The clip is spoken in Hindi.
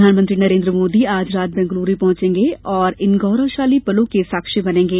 प्रधानमंत्री नरेन्द्र मोदी आज रात बेंगलुरू पहंचेंगे और इन गौरवशाली पलों के साक्षी बनेंगे